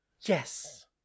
Yes